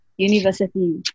university